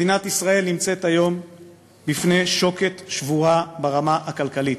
מדינת ישראל נמצאת היום בפני שוקת שבורה ברמה הכלכלית.